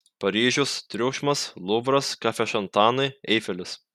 paryžius triukšmas luvras kafešantanai eifelis